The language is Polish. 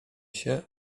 się